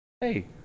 hey